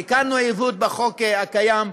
תיקנו עיוות בחוק הקיים,